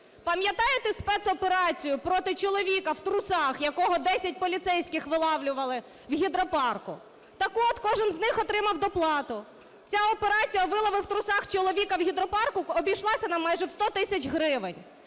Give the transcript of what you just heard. Пам'ятаєте спецоперацію проти чоловіка в трусах, якого 10 поліцейських виловлювали в Гідропарку? Так от, кожен з них отримав доплату. Ця операція "вилови в трусах чоловіка в Гідропарку" обійшлась нам майже в 100 тисяч гривень,